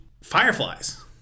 fireflies